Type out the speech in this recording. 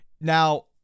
Now